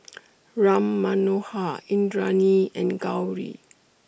Ram Manohar Indranee and Gauri